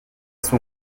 son